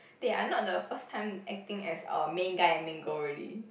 they are not the first time acting as a main guy and main girl already